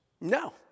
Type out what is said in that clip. No